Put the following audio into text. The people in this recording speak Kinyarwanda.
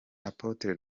apotre